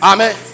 Amen